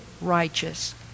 righteous